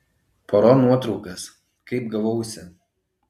paro nuotraukas kaip gavausi